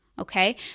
Okay